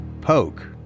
Poke